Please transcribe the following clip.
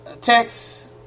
Text